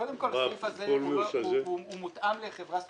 קודם כול --- הזה הוא מותאם לחברה ספציפית,